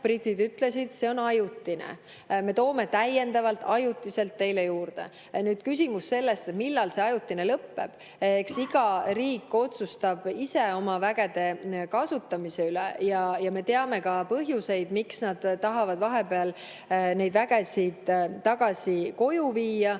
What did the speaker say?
britid ütlesid, et see on ajutine, me toome täiendavalt ajutiselt [vägesid] teile juurde. Nüüd, küsimus sellest, millal see ajutine lõpeb. Eks iga riik otsustab ise oma vägede kasutamise üle. Ja me teame ka põhjuseid, miks nad tahavad vahepeal neid vägesid tagasi koju viia.